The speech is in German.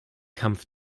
kampf